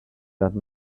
that